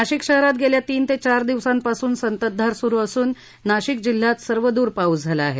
नाशिक शहरात गेल्या तीन ते चार दिवसांपासून संततधार सुरू असून नाशिक जिल्ह्यात सर्व दूर पाऊस झाला आहे